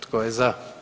Tko je za?